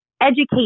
educate